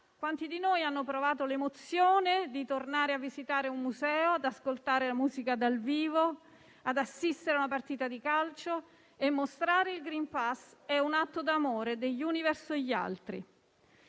quanti di noi hanno provato l'emozione di tornare a visitare un museo, ad ascoltare la musica dal vivo, ad assistere a una partita di calcio? Mostrare il *green pass* è un atto d'amore degli uni verso gli altri.